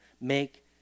Make